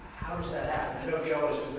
how does that happen?